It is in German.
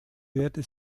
werde